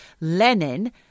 Lenin